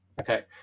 Okay